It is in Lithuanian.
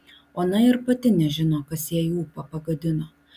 ona ir pati nežino kas jai ūpą pagadino